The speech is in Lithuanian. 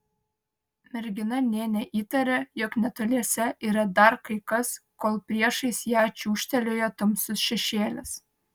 mergina nė neįtarė jog netoliese yra dar kai kas kol priešais ją čiūžtelėjo tamsus šešėlis